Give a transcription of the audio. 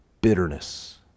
bitterness